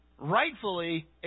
rightfully